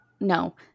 No